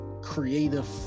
creative